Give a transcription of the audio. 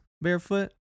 barefoot